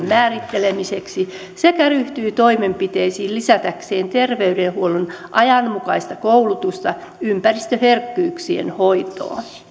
määrittelemiseksi sekä ryhtyy toimenpiteisiin lisätäkseen terveydenhuollon ajanmukaista koulutusta ympäristöherkkyyksien hoitoon